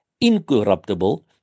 incorruptible